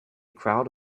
crowd